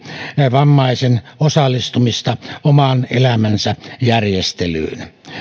vammaisen osallistumista oman elämänsä järjestelyyn